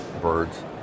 birds